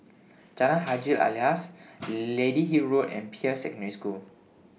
Jalan Haji Alias Lady Hill Road and Peirce Secondary School